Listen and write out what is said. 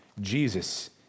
Jesus